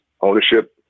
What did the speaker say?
ownership